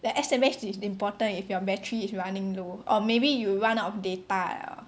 the S_M_S is important if your battery is running low or maybe you run out of data liao